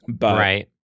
Right